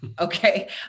Okay